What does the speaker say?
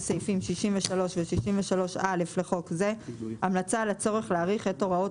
סעיפים 63-63א לחוק זה המלצה על הצורך להאריך את הוראות